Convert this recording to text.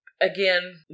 Again